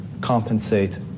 compensate